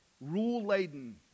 rule-laden